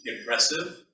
impressive